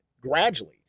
gradually